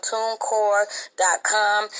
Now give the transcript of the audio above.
TuneCore.com